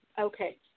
Okay